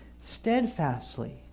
steadfastly